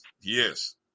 Yes